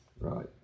Right